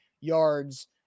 yards